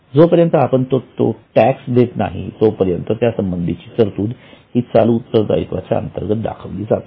जोपर्यंत आपण तो टॅक्स देत नाही तोपर्यंत त्यासंबंधीची तरतूद ही चालू उत्तरदायित्वाचा अंतर्गत दाखविली जाते